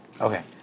Okay